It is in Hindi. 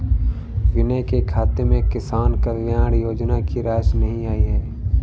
विनय के खाते में किसान कल्याण योजना की राशि नहीं आई है